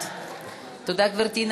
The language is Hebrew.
תודה, גברתי.